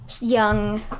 young